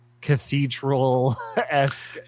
cathedral-esque